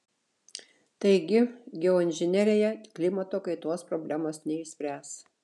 taigi geoinžinerija klimato kaitos problemos neišspręs